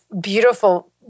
beautiful